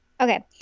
Okay